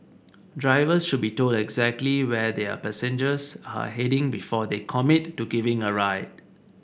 drivers should be told exactly where their passengers are heading before they commit to giving a ride